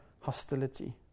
hostility